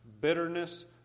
bitterness